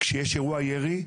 כשיש אירוע ירי,